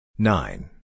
nine